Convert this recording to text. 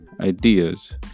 ideas